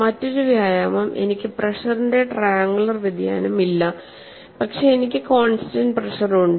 മറ്റൊരു വ്യായാമം എനിക്ക് പ്രേഷറിന്റെ ട്രയാങ്കുലർവ്യതിയാനം ഇല്ല പക്ഷേ എനിക്ക് കോൺസ്റ്റന്റ് പ്രെഷർ ഉണ്ട്